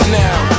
now